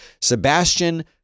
Sebastian